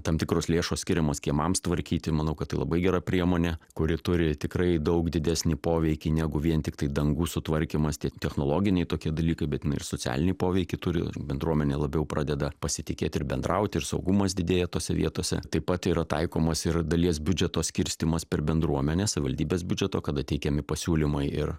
tam tikros lėšos skiriamos kiemams tvarkyti manau kad tai labai gera priemonė kuri turi tikrai daug didesnį poveikį negu vien tiktai dangų sutvarkymas tie technologiniai tokie dalykai bet na ir socialinį poveikį turi ir bendruomenė labiau pradeda pasitikėt ir bendraut ir saugumas didėja tose vietose taip pat yra taikomos ir dalies biudžeto skirstymas per bendruomenes savivaldybės biudžeto kada teikiami pasiūlymai ir